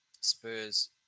Spurs